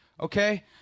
okay